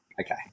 Okay